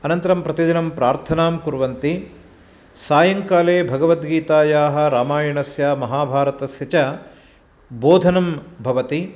अनन्तरं प्रतिदिनं प्रार्थनां कुर्वन्ति सायङ्काले भगवद्गीतायाः रामायणस्य महाभारतस्य च बोधनं भवति